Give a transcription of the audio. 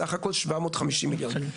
סך הכול 750 מיליון שקלים,